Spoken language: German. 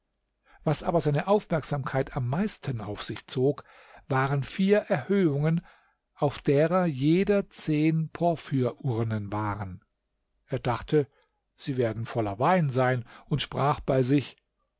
was aber seine aufmerksamkeit am meisten auf sich zog waren vier erhöhungen auf deren jeder zehn porphyr urnen waren er dachte sie werden voller wein sein und sprach bei sich